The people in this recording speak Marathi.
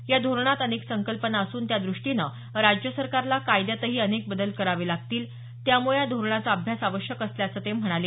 या धोरणात अनेक संकल्पना असून त्यादृष्टीने राज्य सरकारला कायद्यातही अनेक बदल करावे लागतील त्यामुळे या धोरणाचा अभ्यास आवश्यक असल्याचं ते म्हणाले